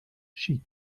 she